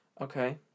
okay